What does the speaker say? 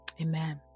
Amen